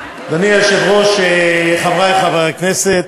אדוני היושב-ראש, חברי חברי הכנסת,